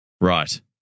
Right